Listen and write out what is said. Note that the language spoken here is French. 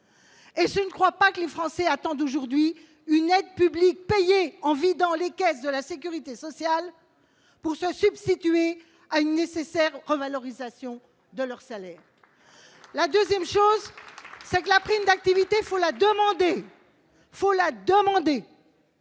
Je ne crois pas que les Français attendent aujourd'hui qu'une aide publique payée en vidant les caisses de la sécurité sociale se substitue à une nécessaire revalorisation de leur salaire. Cette prime d'activité, il faut la demander